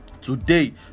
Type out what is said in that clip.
Today